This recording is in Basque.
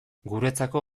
guretzako